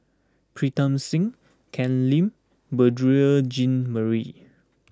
Pritam Singh Ken Lim Beurel Jean Marie